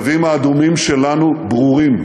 הקווים האדומים שלנו ברורים.